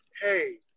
Hey